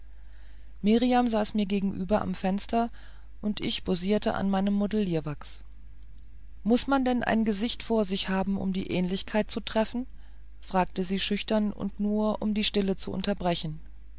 saß mir gegenüber am fenster und ich bossierte an meinem modellierwachs muß man denn ein gesicht vor sich haben um die ähnlichkeit zu treffen fragte sie schüchtern und nur um die stille zu unterbrechen